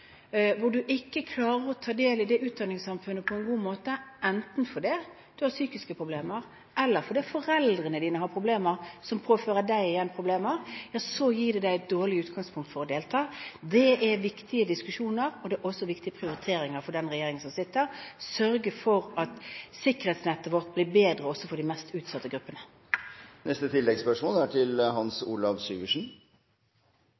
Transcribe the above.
hvor du ikke klarer å ta del i dette utdanningssamfunnet på en god måte, enten fordi du har psykiske problemer eller fordi foreldrene dine har problemer som igjen påfører deg problemer, ja, så gir det deg et dårlig utgangspunkt for å delta. Det er viktige diskusjoner, og det er også viktige prioriteringer for denne regjeringen å sørge for at sikkerhetsnettet vårt blir bedre også for de mest utsatte gruppene. Hans Olav Syversen – til